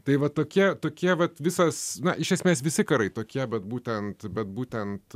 tai va tokie tokie vat visas na iš esmės visi karai tokie bet būtent bet būtent